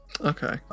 Okay